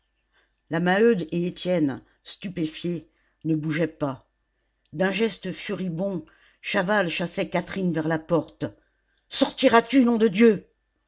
la maheude et étienne stupéfiés ne bougeaient pas d'un geste furibond chaval chassait catherine vers la porte sortiras tu nom de dieu